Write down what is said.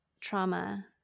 trauma